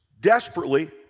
desperately